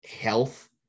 health